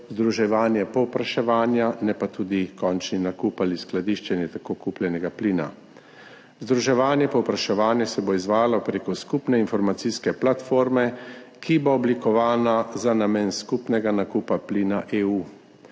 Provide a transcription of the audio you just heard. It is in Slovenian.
združevanje povpraševanja, ne pa tudi končni nakup ali skladiščenje tako kupljenega plina. Združevanje povpraševanja se bo izvajalo preko skupne informacijske platforme, ki bo oblikovana za namen skupnega nakupa plina EU.